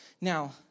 Now